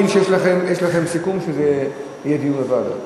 אני מבין שיש לכם סיכום שיהיה דיון בוועדה.